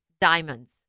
diamonds